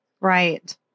Right